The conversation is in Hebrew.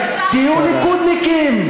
תהיו ליכודניקים.